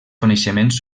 coneixements